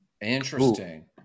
Interesting